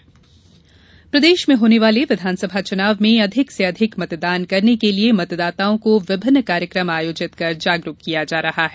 मतदाता जागरूकता प्रदेश में होने वाले विधानसभा चुनाव में अधिक से अधिक मतदान करने के लिये मतदाताओं को विभिन्न कार्यकम आयोजित कर जागरूक किया जा रहा है